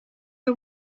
are